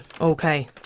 okay